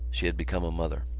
she had become a mother.